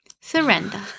surrender